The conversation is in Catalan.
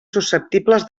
susceptibles